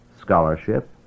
scholarship